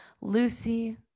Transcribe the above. Lucy